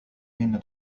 حين